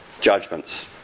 judgments